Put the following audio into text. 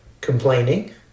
complaining